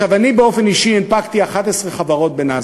אני באופן אישי הנפקתי 11 חברות בנאסד"ק,